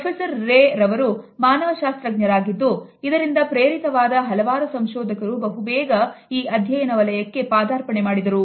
professor Ray ರವರು ಮಾನವಶಾಸ್ತ್ರಜ್ಞರಾಗಿದ್ದು ಇವರಿಂದ ಪ್ರೇರಿತವಾದ ಹಲವಾರು ಸಂಶೋಧಕರು ಬಹುಬೇಗ ಈ ಅಧ್ಯಯನ ವಲಯಕ್ಕೆ ಪಾದಾರ್ಪಣೆ ಮಾಡಿದರು